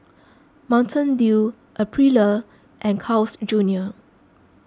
Mountain Dew Aprilia and Carl's Junior